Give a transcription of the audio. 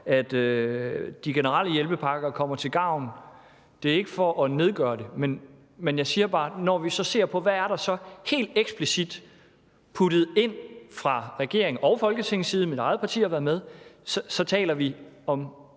at de generelle hjælpepakker kommer til gavn. Det er ikke for at nedgøre det. Men jeg siger bare, at når vi så ser på, hvad der så helt eksplicit er puttet ind fra regeringen og Folketingets side – mit eget parti har været med – så taler vi om